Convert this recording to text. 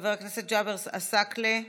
חבר הכנסת ג'אבר עסאקלה,